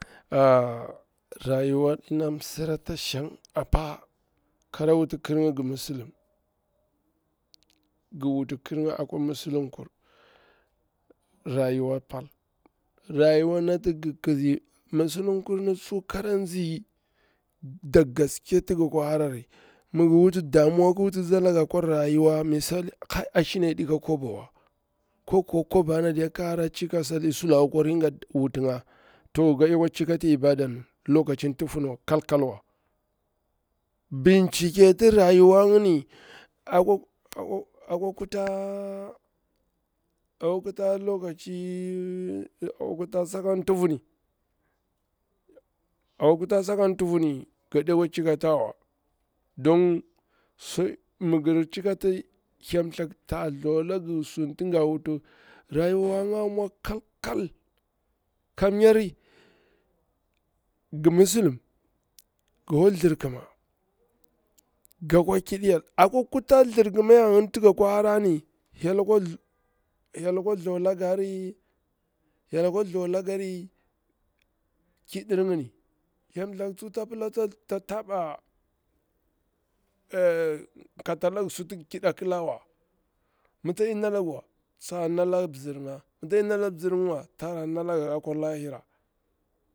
rayuwa ɗi na msirata shang apa kara wuti nkin nga gimisilim, ngi wuti nkirnga akwa musu humkur, rayuwa pal, rayuwa nati ngi kisi musulum kur ni tsiwa, kara tsi da gaske ti ga kwa harari, mi ngi wuti damuwa ƙi wutitsi alanga rayuwa misali kai ashina yaɗi ka kwa bawa ko kuwa kwabana diya ki harachikas alli sulaka akwa dinga, wuti nga to ga ɗekwa chikati ibadanwa lokaci tufun kal kal wa, binciketi rayuwa ngini akwa akwa akwa kuta lokacir saka tufu ni gaɗe kwa cikitawa don mi ngir chikati byeltha ku ta thulanga ga wuti rayuwa nga a mwa kal kal kamnyar gi musuluna ga kwa thirkima, ga kwa ƙiɗi hyel, akwa kuta thirkima yari nati ga kwa harari hyel akwa thula nga ri kiɗir ngini hem themtheku tsuwa ta pila ta taba kate lagisunati lgi ƙiɗa a klawa, mi tsaɗi nalangiwa ta nala mzirnga ko tsara nala ga akwa lahira.